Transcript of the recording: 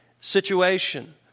situation